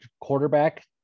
quarterback